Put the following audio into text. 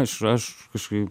aš aš kažkai